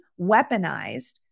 weaponized